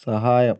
സഹായം